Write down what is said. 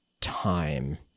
time